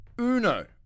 uno